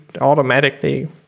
automatically